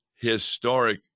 historic